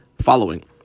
following